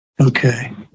Okay